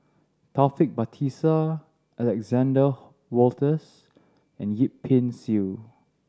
Taufik Batisah Alexander Wolters and Yip Pin Xiu